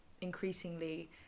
increasingly